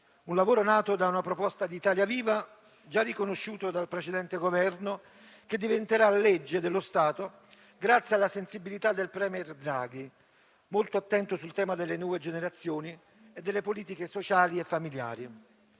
lungo, nato da una proposta di Italia Viva e già riconosciuto dal precedente Governo, che diventerà legge dello Stato grazie alla sensibilità del *premier* Draghi, molto attento al tema delle nuove generazioni e delle politiche sociali e familiari.